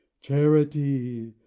charity